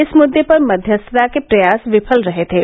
इस मुद्दे पर मध्यस्थता के प्रयास विफल रहे थे